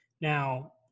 Now